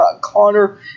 Connor